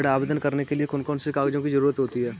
ऋण आवेदन करने के लिए कौन कौन से कागजों की जरूरत होती है?